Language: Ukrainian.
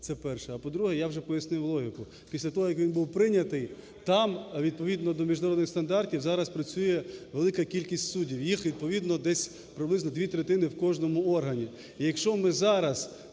це перше. А, по-друге, я вже пояснив логіку. Після того, як він був прийнятий, там, відповідно до міжнародних стандартів, зараз працює велика кількість суддів, їх відповідно десь приблизно дві третини в кожному органі.